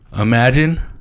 Imagine